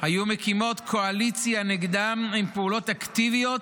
היו מקימות קואליציה נגדם, עם פעולות אקטיביות,